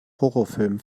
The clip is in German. horrorfilm